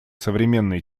современной